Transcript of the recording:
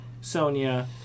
Sonia